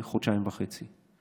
חודשיים וחצי.